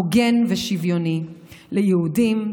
הוגן ושוויוני ליהודים,